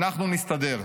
אנחנו נסתדר.